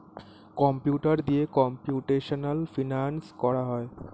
computer দিয়ে computational finance করা হয়